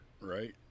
Right